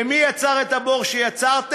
מי יצר את הבור שיצרתם?